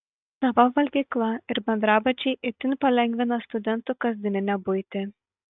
sava valgykla ir bendrabučiai itin palengvina studentų kasdieninę buitį